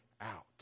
out